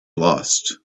lost